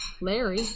Larry